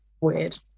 weird